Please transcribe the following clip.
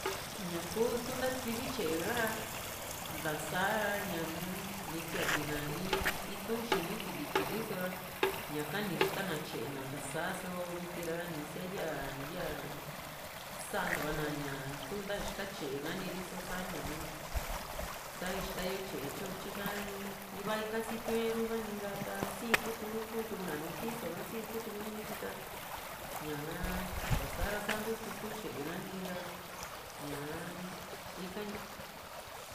ñaku tu ntativi tyee ha´ra ntasa ra ña-m ni siante na in in itu´n li xini tiliki li so´ra ñaka ni ixta na tye´e na nta´sa só viti ra ni kisia ya ya santuana ña tu nta ixta tye´e ka´ni ri so sa´ñaa sa ixtayo tye´e tyo tyika iva ika sitiu´n e ru´ha ni ra ta siitu ru´ku kuu na nùù pisoka sii kutuku ru nityi ta ñaa ntasaa ra sa ntutu´tu tye´e ha´nira ña ika´ni